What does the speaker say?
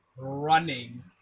running